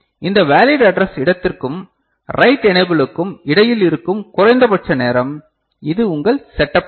இந்த valid address இடத்திற்கும் write எனேபிலுக்கும் இடையில் இருக்கும் குறைந்தபட்ச நேரம் இது உங்கள் செட்டப் டைம்